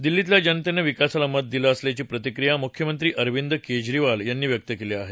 दिल्लीतल्या जनतेनं विकासाला मत दिलं असल्याची प्रतिक्रिया मुख्यमंत्री अरविंद केजरीवाल यांनी व्यक्त केली आहे